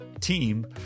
team